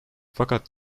fakat